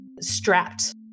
strapped